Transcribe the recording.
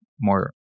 more